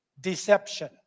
deception